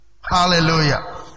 Hallelujah